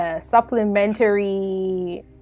supplementary